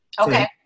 Okay